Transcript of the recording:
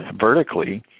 vertically